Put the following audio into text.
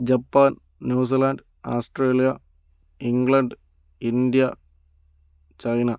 Japan New Zealand Australia England India China